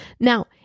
Now